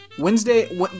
Wednesday